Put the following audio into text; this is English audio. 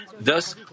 Thus